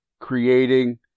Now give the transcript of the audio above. creating